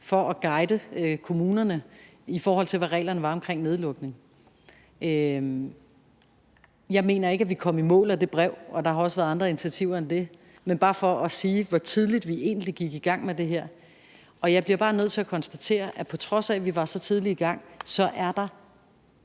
for at guide kommunerne, i forhold til hvad reglerne var for nedlukning. Jeg mener ikke, at vi kom i mål med det brev, og der har også været andre initiativer end det, men det er bare for at sige, hvor tidligt vi egentlig gik i gang med det her. Jeg bliver bare nødt til at konstatere, at på trods af at vi var så tidligt i gang, er der